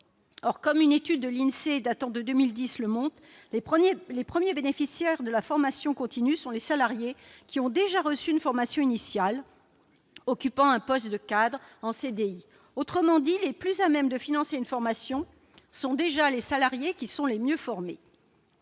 le montre une étude de l'INSEE datant de 2010, les premiers bénéficiaires de la formation continue sont les salariés qui ont déjà reçu une formation initiale, occupant un poste de cadre en contrat à durée indéterminée. Autrement dit, les plus à même de financer une formation sont les salariés qui sont déjà les mieux formés.